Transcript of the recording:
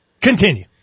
Continue